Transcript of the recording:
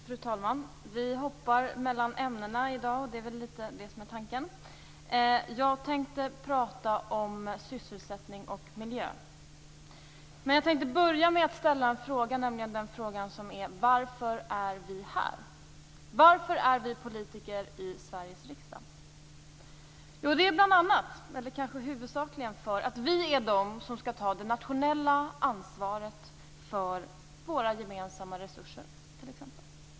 Fru talman! Vi hoppar mellan ämnena i dag, och det är väl litet det som är tanken. Jag tänker prata om sysselsättning och miljö. Jag vill dock börja med att ställa en fråga, nämligen: Varför är vi här? Varför är vi politiker i Sveriges riksdag? Jo, det är bl.a., kanske huvudsakligen, därför att vi är de som skall ta det nationella ansvaret för våra gemensamma resurser.